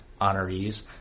honorees